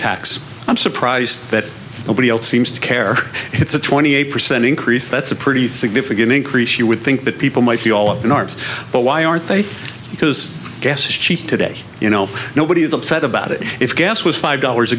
tax i'm surprised that nobody else seems to care it's a twenty eight percent increase that's a pretty significant increase you would think that people might be all up in arms but why aren't they because gas is cheap today you know nobody is upset about it if gas was five dollars a